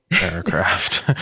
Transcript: aircraft